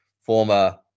former